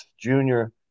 junior